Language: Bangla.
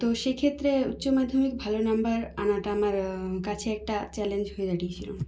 তো সেক্ষেত্রে উচ্চমাধ্যমিক ভালো নম্বর আনাটা আমার কাছে একটা চ্যালেঞ্জ হয়ে উঠেছিল